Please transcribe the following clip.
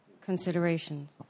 considerations